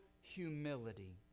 humility